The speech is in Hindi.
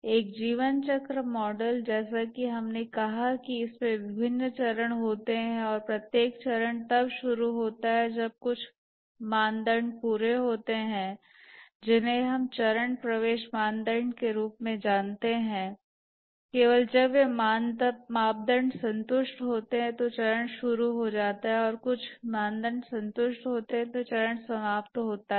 एक जीवन चक्र मॉडल जैसा कि हमने कहा कि इसमें विभिन्न चरण होते हैं और प्रत्येक चरण तब शुरू होता है जब कुछ मानदंड पूरे होते हैं जिन्हें हम चरण प्रवेश मानदंड के रूप में जानते हैं केवल जब वे मापदंड संतुष्ट होते हैं तो चरण शुरू होता है और जब कुछ मानदंड संतुष्ट होते हैं तो चरण समाप्त होता है